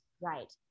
Right